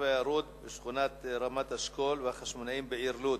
הירוד בשכונת רמת-אשכול וברחוב החשמונאים בלוד,